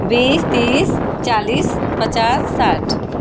बीस तीस चालीस पचास साठ